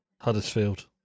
Huddersfield